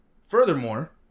Furthermore